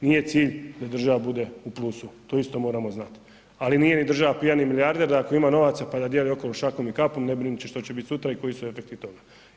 Nije cilj da država bude u plusu, to isto moramo znati, ali nije država pijani milijarder da ako ima novaca pa da dijeli okolo šakom i kapom ne brinući što će biti sutra i koji su efekti toga.